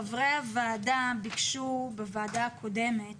חברי הוועדה ביקשו בישיבה הקודמת